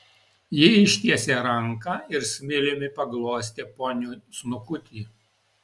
ji ištiesė ranką ir smiliumi paglostė poniui snukutį